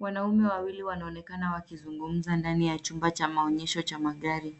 Wanaume wawili wanaonekana wakizungumza ndani ya chumba cha maonyesho cha magari.